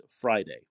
Friday